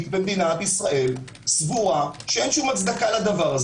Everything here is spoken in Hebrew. במדינת ישראל סבורה שאין שם הצדקה לזה.